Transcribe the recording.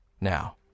Now